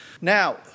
Now